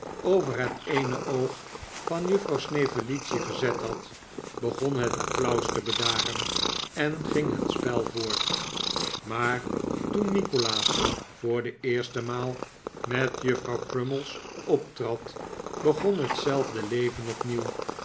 over het eene oog van juffrouw snevellicci gezet had begon het applaus te bedaren en ging het spel voort maar toen nikolaas voor de eerste maal met mevrouw crummies optrad begon hetzelfde leven opnieuw